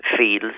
feels